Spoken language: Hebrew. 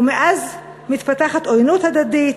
ומאז מתפתחים עוינות הדדית,